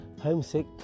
homesick